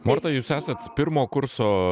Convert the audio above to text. morta jūs esat pirmo kurso